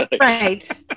Right